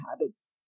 habits